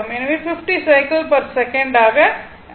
எனவே 50 cycle per second ஆகும்